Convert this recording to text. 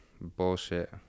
bullshit